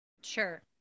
Sure